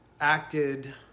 acted